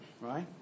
Right